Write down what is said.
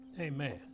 Amen